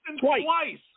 twice